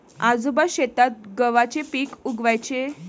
आजोबा शेतात गव्हाचे पीक उगवयाचे